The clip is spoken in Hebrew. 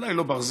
אולי לא ברזל,